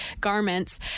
garments